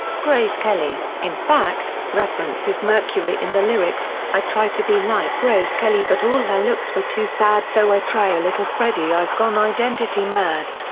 grace kelly, in fact, references mercury in the lyrics i try to be like grace kelly but all her looks were too sad so i try a little freddie i've gone identity mad.